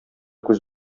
күз